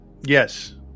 Yes